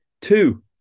Two